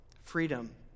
freedom